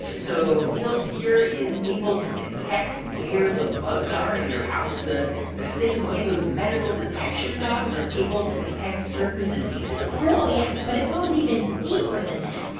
so niels here is able to detect where the bugs are in your house the the same way those medical detection dogs are able to detect certain diseases oh, yeah, but it goes even deeper than that.